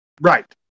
Right